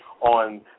on